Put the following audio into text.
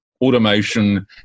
automation